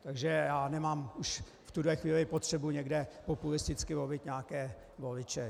Takže já nemám už v tuhle chvíli potřebu někde populisticky lovit nějaké voliče.